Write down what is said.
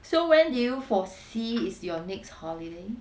so when do you foresee is your next holiday